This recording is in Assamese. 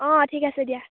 অঁ ঠিক আছে দিয়া